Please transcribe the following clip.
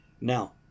now